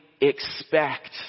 expect